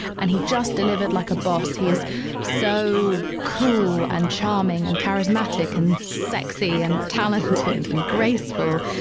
and he just delivered like a boss. he is so cool and charming and charismatic and sexy and talented and graceful.